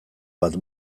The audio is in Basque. bat